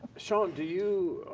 sean, do you